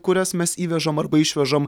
kurias mes įvežam arba išvežam